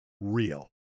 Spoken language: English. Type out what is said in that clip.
real